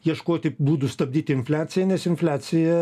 ieškoti būdų stabdyti infliaciją nes infliacija